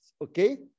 Okay